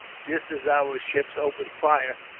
just as our ships open fire,